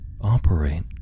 operate